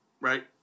Right